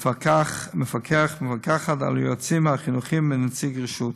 מפקח, מפקחת על היועצים החינוכיים ונציג רשות.